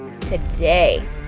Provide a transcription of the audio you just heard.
today